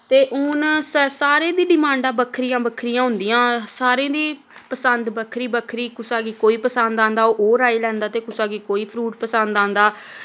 ते हून स सारें दी डिमांडां बक्खरियां बक्खरियां होंदियां सारें दी पसंद बक्खरी बक्खरी कुसा गी कोई पसंद आंदा ते ओह् राई लैंदा ते कुसा गी कोई फ्रूट पसंद आंदा